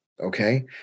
Okay